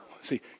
see